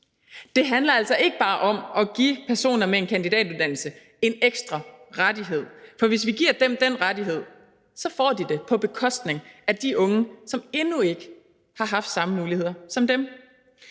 Det handler altså ikke bare om at give personer med en kandidatuddannelse en ekstra rettighed, for hvis vi giver dem den rettighed, så får de den på bekostning af de unge, som endnu ikke har haft samme muligheder som dem.